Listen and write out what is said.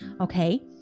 Okay